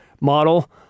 model